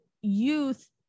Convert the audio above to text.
youth